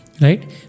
right